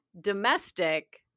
domestic